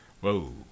whoa